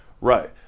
Right